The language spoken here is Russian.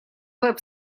веб